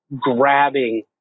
grabbing